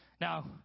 Now